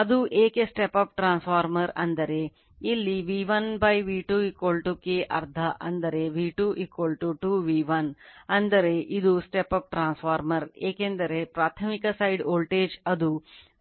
ಅದು ಏಕೆ step up transformer ಅಂದರೆ ಇಲ್ಲಿ V1 V2 K ಅರ್ಧ ಅಂದರೆ V2 2 V1 ಅಂದರೆ ಇದು ಸ್ಟೆಪ್ ಅಪ್ ಟ್ರಾನ್ಸ್ಫಾರ್ಮರ್ ಏಕೆಂದರೆ ಪ್ರಾಥಮಿಕ ಸೈಡ್ ವೋಲ್ಟೇಜ್ ಅದು